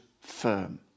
firm